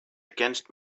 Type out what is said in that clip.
against